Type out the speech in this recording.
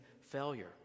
failure